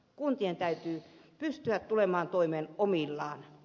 kuntien täytyy pystyä tulemaan toimeen omillaan